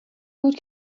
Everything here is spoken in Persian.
بود